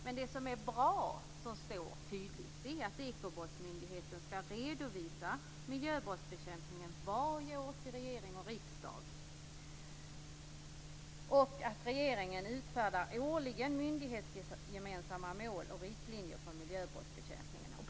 Men det som är bra och som står tydligt är att Ekobrottsmyndigheten skall redovisa miljöbrottsbekämpningen varje år till regering och riksdag och att regeringen årligen utfärdar myndighetsgemensamma mål och riktlinjer för miljöbrottsbekämpning.